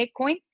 Bitcoin